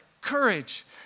courage